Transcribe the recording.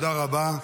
תודה רבה.